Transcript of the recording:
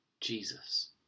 Jesus